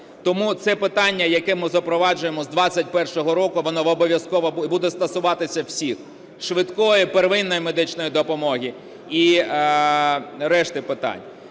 Тому це питання, яке ми запроваджуємо з 21-го року, воно обов'язково буде стосуватися всіх: швидкої первинної медичної допомоги і решти питань.